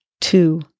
two